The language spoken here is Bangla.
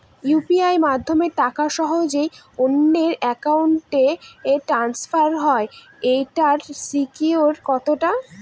ইউ.পি.আই মাধ্যমে টাকা সহজেই অন্যের অ্যাকাউন্ট ই ট্রান্সফার হয় এইটার সিকিউর কত টা?